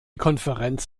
konferenz